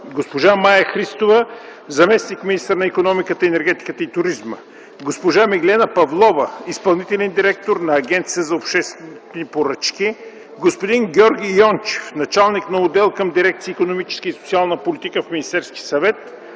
госпожа Мая Христова – заместник-министър на икономиката, енергетиката и туризма, госпожа Миглена Павлова – изпълнителен директор на Агенцията за обществени поръчки, господин Георги Йончев – началник на отдел към дирекция „Икономическа и социална политика” в Министерския съвет,